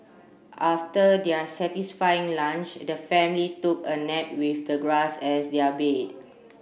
after their satisfying lunch the family took a nap with the grass as their bed